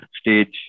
stage